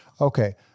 Okay